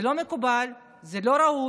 זה לא מקובל, זה לא ראוי